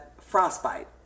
frostbite